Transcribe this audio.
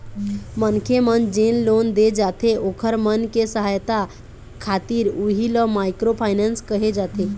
मनखे मन जेन लोन दे जाथे ओखर मन के सहायता खातिर उही ल माइक्रो फायनेंस कहे जाथे